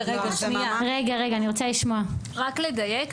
רק לדייק.